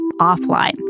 offline